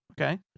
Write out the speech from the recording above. Okay